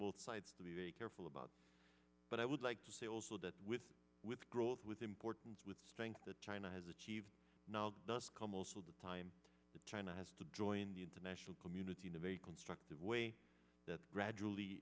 both sides to be very careful about but i would like to say also that with with growth with importance with strength that china has achieved now does call most of the time the china has to join the international community of a constructive way that gradually